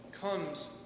comes